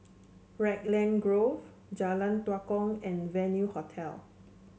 Raglan Grove Jalan Tua Kong and Venue Hotel